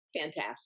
fantastic